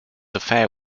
affair